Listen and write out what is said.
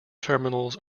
terminals